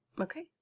Okay